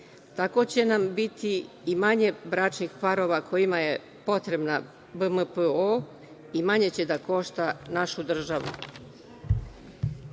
Tako će nam biti i manje bračnih parova kojima je potrebna BMPO i manje će da košta našu državu. Kada